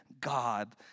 God